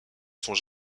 sont